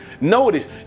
Notice